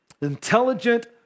intelligent